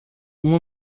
uma